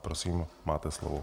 Prosím, máte slovo.